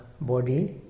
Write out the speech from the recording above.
body